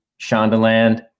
Shondaland